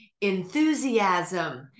enthusiasm